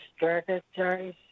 strategize